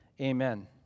amen